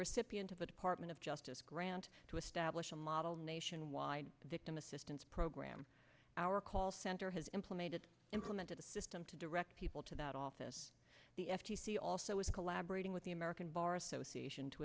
recipient of the department of justice grant to establish a model nationwide victim assistance program our call center has implemented implemented a system to direct people to that office the f t c also is collaborating with the american bar association to